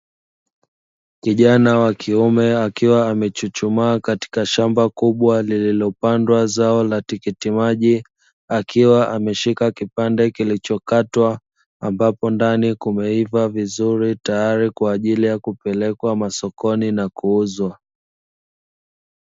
Kijana wakiume akiwa amechuchumaa katika shamba kubwa lililopandwa zao la tikiti maji akiwa ameshika kipande kilichokatwa ambapo ndani kumeiva vizuri tayari kwa ajili ya kupelekwa masokoni na kuuzwa.